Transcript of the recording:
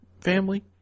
family